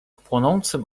płonącym